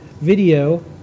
video